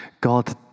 God